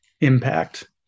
impact